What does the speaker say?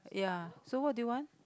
ya so what do you want